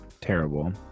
terrible